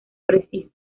precisos